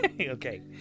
Okay